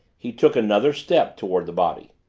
he took another step toward the body.